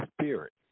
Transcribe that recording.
spirit